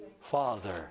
Father